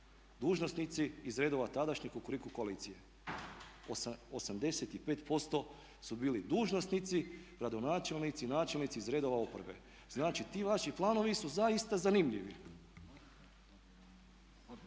dužnosnici iz redova tadašnje Kukuriku koalicije. 85% su bili dužnosnici, gradonačelnici, načelnici iz redova oporbe. Znači, ti vaši planovi su zaista zanimljivi.